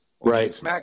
Right